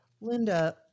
Linda